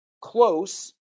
close